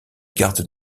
garde